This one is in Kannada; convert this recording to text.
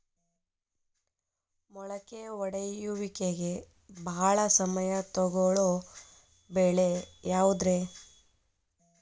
ಮೊಳಕೆ ಒಡೆಯುವಿಕೆಗೆ ಭಾಳ ಸಮಯ ತೊಗೊಳ್ಳೋ ಬೆಳೆ ಯಾವುದ್ರೇ?